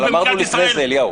אבל אמרנו לכם לפני זה, אליהו.